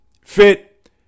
fit